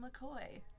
McCoy